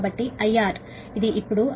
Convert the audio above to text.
కాబట్టి IR ఇది ఇప్పుడు అది లోడ్ 0